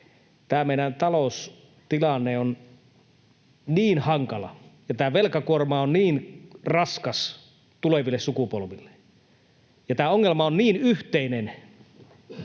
tämä meidän taloustilanne on niin hankala ja tämä velkakuorma on niin raskas tuleville sukupolville ja tämä ongelma on niin yhteinen,